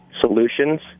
Solutions